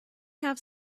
have